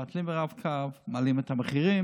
מבטלים את הרב-קו, מעלים את המחירים,